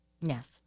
Yes